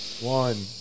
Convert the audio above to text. one